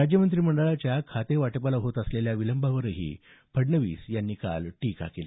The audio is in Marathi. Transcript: राज्य मंत्रिमंडळाच्या खाते वाटपाला होत असलेल्या विलंबावरही फडणवीस यांनी टीका केली